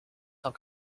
cent